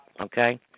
Okay